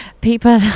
people